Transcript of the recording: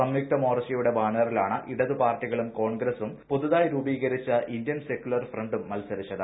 സംയുക്ത മോർച്ചയുടെ ബാനറിലാണ് ഇടതുപാർട്ടികളും കോൺഗ്രസും പുതുതായി രൂപീകരിച്ച ഇന്ത്യൻ സെക്കുലർ ഫ്രണ്ടും മൽസരിച്ചത്